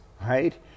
right